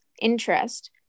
interest